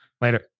Later